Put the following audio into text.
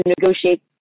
negotiate